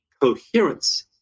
coherence